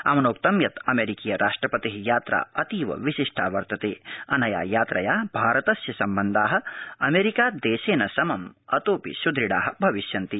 अमनोक्त यत् अमध्किय राष्ट्रपत आत्रा अतीव विशिष्टा वर्तत अनया यात्रया भारतस्य सम्बन्धा अमरिका दर्ज समम् अतोऽपि सुदृढा भविष्यन्ति